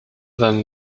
than